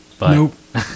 Nope